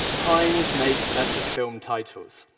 primes make better film titles.